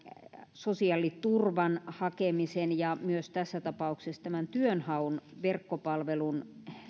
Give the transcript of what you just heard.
sosiaaliturvan hakemisen ja myös tässä tapauksessa tämän työnhaun verkkopalvelun